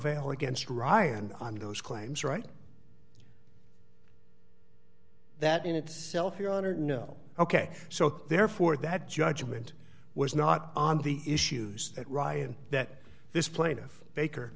al against ryan on those claims right that in itself your honor no ok so therefore that judgment was not on the issues that ryan that this plaintiff baker